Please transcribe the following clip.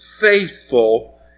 faithful